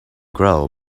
grow